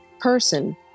person